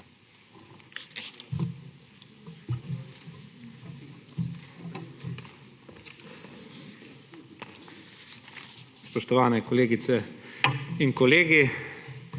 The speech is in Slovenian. Spoštovane kolegice in kolegi!